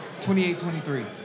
28-23